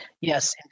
Yes